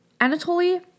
Anatoly